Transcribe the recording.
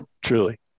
Truly